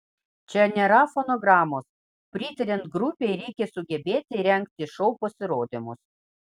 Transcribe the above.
čia nėra fonogramos pritariant grupei reikia sugebėti rengti šou pasirodymus